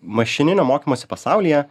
mašininio mokymosi pasaulyje